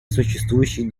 существующих